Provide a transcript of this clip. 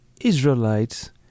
israelites